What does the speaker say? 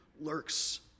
lurks